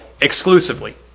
exclusively